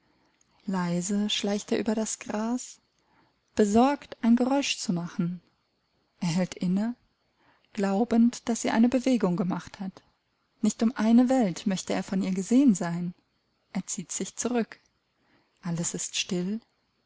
leise schleicht er über das gras besorgt ein geräusch zu machen er hält inne glaubend daß sie eine bewegung gemacht hat nicht um eine welt möchte er von ihr gesehen sein er zieht sich zurück alles ist still